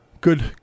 good